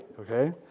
okay